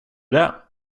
det